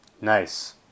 Nice